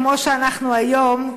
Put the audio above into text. כמו שאנחנו היום.